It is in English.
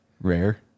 rare